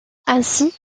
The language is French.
ainsi